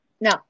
No